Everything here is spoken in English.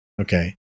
Okay